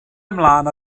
ymlaen